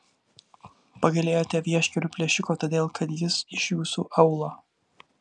pagailėjote vieškelių plėšiko todėl kad jis iš jūsų aūlo